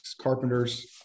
carpenters